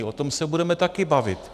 O tom se budeme taky bavit.